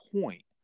point